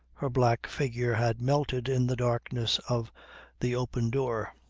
her black figure had melted in the darkness of the open door.